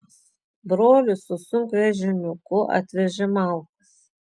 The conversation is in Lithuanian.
brolis su sunkvežimiuku atvežė malkų